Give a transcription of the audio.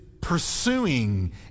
pursuing